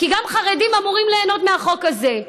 כי גם חרדים אמורים ליהנות מהחוק הזה,